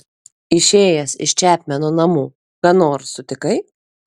išėjęs iš čepmeno namų ką nors sutikai